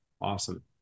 awesome